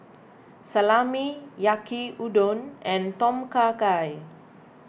Salami Yaki Udon and Tom Kha Gai